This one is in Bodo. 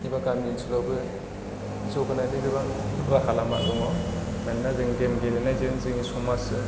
एबा गामि ओनसोलावबो जौगानायनि गोबां राहा लामा दङ मानोना जों गेम गेलेनायजों जोंनि समाज